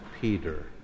Peter